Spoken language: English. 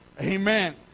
Amen